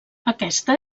aquesta